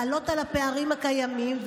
לעלות על הפערים הקיימים,